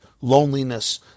loneliness